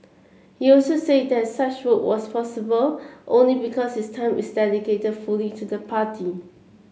he also said that such work was possible only because his time is dedicated fully to the party